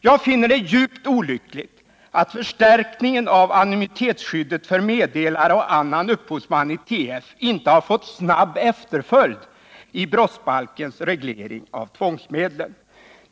Jag finner det djupt olyckligt att förstärkningen av anonymitetsskyddet för meddelare och annan upphovsman i TF inte har fått snabb efterföljd i brottsbalkens reglering av tvångsmedlen.